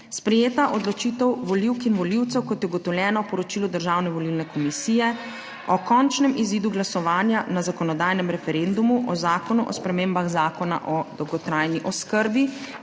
sprejeta odločitev volivk in volivcev, kot je ugotovljeno v poročilu Državne volilne komisije o končnem izidu glasovanja na zakonodajnem referendumu o Zakonu o spremembah Zakona o dolgotrajni oskrbi,